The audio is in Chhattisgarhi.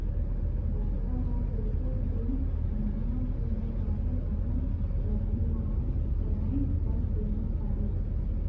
बोकरा ह जइसे दू महिना के हो जाथे ओखर बधियाकरन कर देना चाही